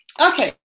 Okay